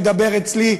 אני אדבר אצלי,